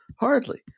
hardly